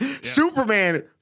Superman